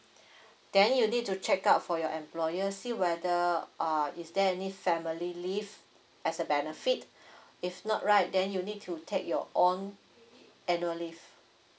then you need to check out for your employer see whether uh is there any family leave as a benefit if not right then you need to take your own annual leave